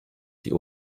die